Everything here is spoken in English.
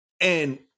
And-